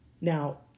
Now